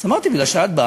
אז אמרתי: מפני שאת באת,